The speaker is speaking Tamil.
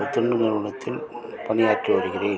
தென்னு த்தில் பணியாற்றி வருகிறேன்